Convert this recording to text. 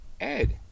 ed